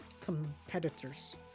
competitors